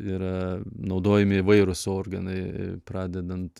yra naudojami įvairūs organai pradedant